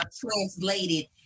translated